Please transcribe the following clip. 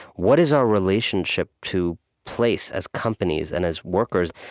what is our relationship to place as companies and as workers?